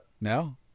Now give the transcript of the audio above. No